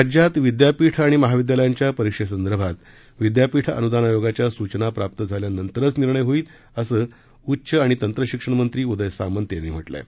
राज्यात विद्यापीठ आणि महाविद्यालयांच्या परीक्षेसंदर्भात विद्यापीठ अनुदान आयोगाच्या सूचना प्राप्त झाल्यानंतरच निर्णय होईल असं उच्च आणि तंत्रशिक्षण मंत्री उदय सामंत यांनी म्हटलं आहे